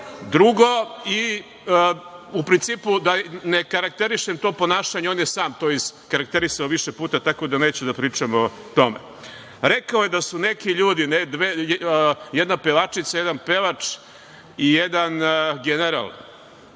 drugo.U principu, ne bih karakterisao to ponašanje, on je sam karakterisao više puta, tako da neću da pričam o tome. Rekao je da su neki ljudi, jedna pevačica i jedan pevač i jedan general